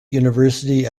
university